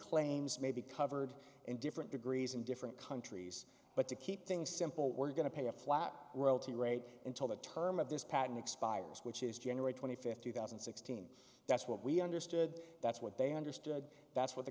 claims may be covered in different degrees in different countries but to keep things simple we're going to pay a flat royalty rate until the term of this patent expires which is generate twenty fifth two thousand and sixteen that's what we understood that's what they understood that's what the